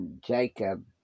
Jacob